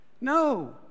no